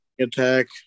attack